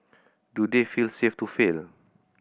do they feel safe to fail